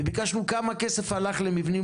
וביקשנו לראות כמה כסף הלך למבנים